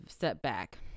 setback